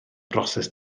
broses